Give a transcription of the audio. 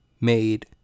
made